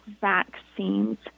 vaccines